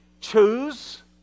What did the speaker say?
choose